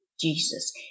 Jesus